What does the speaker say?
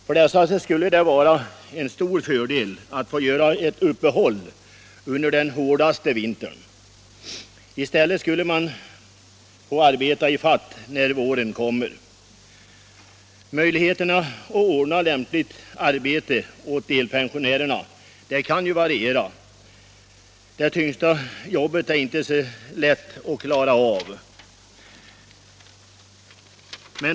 För dessa skulle det vara en stor fördel att få göra ett uppehåll i arbetet under den hårdaste vintern. I stället skulle de få arbeta i fatt när våren kommer. Möjligheterna att ordna lämpligt arbete åt delpensionärer kan variera. De tyngsta jobben är inte så lätta att klara av.